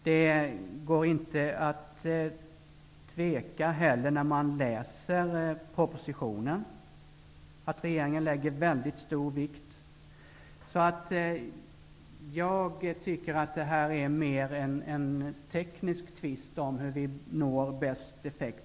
Det går inte att tveka heller när man läser propositionen om att regeringen lägger stor vikt vid detta. Så jag tycker att det mera är en teknisk tvist om hur vi når bäst effekt.